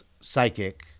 psychic